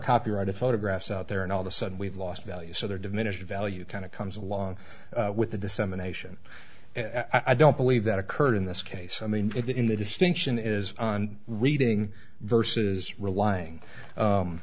copyrighted photographs out there and all the sudden we've lost value so there diminished value kind of comes along with the dissemination i don't believe that occurred in this case i mean it in the distinction is reading versus relying